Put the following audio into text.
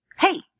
Hey